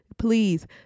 Please